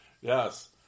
Yes